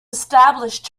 established